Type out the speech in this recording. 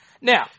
Now